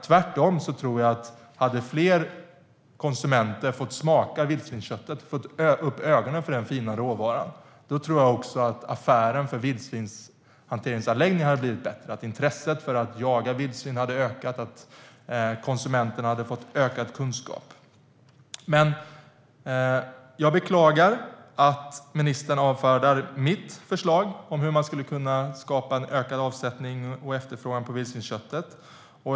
Tvärtom tror jag att om fler konsumenter hade fått smaka vildsvinskött och fått upp ögonen för denna fina råvara hade affären för vilthanteringsanläggningarna blivit bättre och intresset för att jaga vildsvin ökat. Jag beklagar att ministern avfärdar mitt förslag om hur man skulle kunna skapa ökad avsättning och efterfrågan på vildsvinskött.